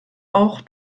auch